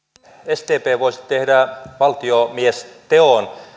sdp voisi tehdä valtiomiesteon